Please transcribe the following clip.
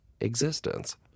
existence